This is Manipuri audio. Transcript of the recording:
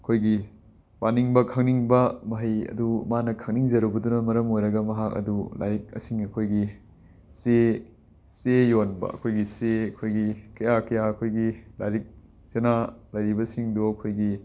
ꯑꯩꯈꯣꯏꯒꯤ ꯄꯥꯅꯤꯡꯕ ꯈꯪꯅꯤꯡꯕ ꯃꯍꯩ ꯑꯗꯨ ꯃꯥꯅ ꯈꯪꯅꯤꯡꯖꯔꯨꯕꯗꯨꯅ ꯃꯔꯝ ꯑꯣꯏꯔꯒ ꯃꯍꯥꯛ ꯑꯗꯨ ꯂꯥꯏꯔꯤꯛꯁꯤꯡ ꯑꯈꯣꯏꯒꯤ ꯆꯦ ꯆꯦ ꯌꯣꯟꯕ ꯑꯩꯈꯣꯏꯒꯤ ꯆꯦ ꯑꯩꯈꯣꯏꯒꯤ ꯀꯌꯥ ꯀꯌꯥ ꯑꯩꯈꯣꯏꯒꯤ ꯂꯥꯏꯔꯤꯛ ꯆꯦꯅꯥ ꯂꯩꯔꯤꯕꯁꯤꯡꯗꯨ ꯑꯩꯈꯣꯏꯒꯤ